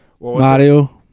mario